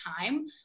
time